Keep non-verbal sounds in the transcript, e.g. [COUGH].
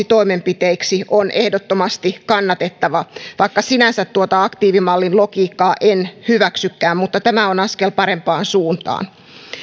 [UNINTELLIGIBLE] toimenpiteiksi on ehdottomasti kannatettava vaikka sinänsä aktiivimallin logiikkaa en hyväksykään mutta tämä on askel parempaan suuntaan